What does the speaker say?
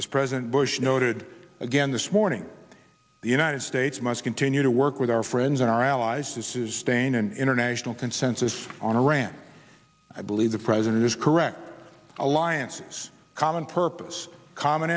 as president bush noted again this morning the united states must continue to work with our friends our allies this is staying an international consensus on iran i believe the president is correct alliances common purpose common